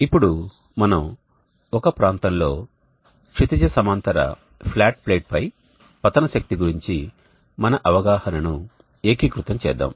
ఇప్పుడు మనం ఒక ప్రాంతం లో క్షితిజ సమాంతర ఫ్లాట్ ప్లేట్పై పతన శక్తి గురించి మన అవగాహనను ఏకీకృతం చేద్దాం